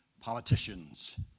politicians